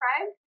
Craig